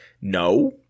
no